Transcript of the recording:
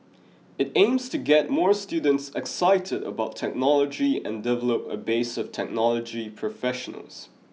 it aims to get more students excited about technology and develop a base of technology professionals